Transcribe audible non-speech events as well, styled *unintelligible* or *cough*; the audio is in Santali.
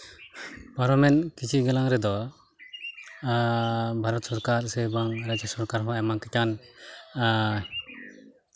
ᱯᱟᱨᱚᱢᱮᱱ ᱠᱤᱪᱷᱩ ᱜᱮᱞᱟᱝ ᱨᱮᱫᱚ ᱵᱷᱟᱨᱚᱛ ᱥᱚᱨᱠᱟᱨ ᱵᱟᱝ ᱨᱟᱡᱡᱚ ᱥᱚᱨᱠᱟᱨ *unintelligible*